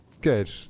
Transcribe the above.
good